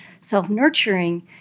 Self-nurturing